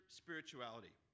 spirituality